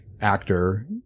actor